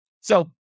So-